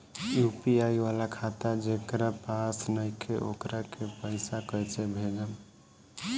UPI वाला खाता जेकरा पास नईखे वोकरा के पईसा कैसे भेजब?